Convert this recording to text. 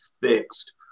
fixed